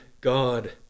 God